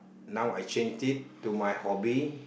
now I changed it to my hobby